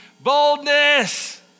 boldness